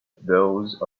those